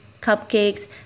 Cupcakes